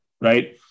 right